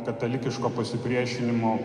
katalikiško pasipriešinimo